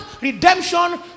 redemption